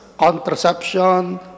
contraception